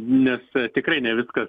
nes tikrai ne viskas